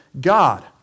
God